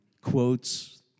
quotes